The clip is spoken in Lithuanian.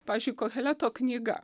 pavyzdžiui koheleto knyga